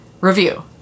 review